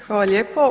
Hvala lijepo.